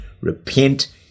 Repent